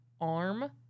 arm